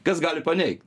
kas gali paneigt